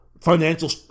financial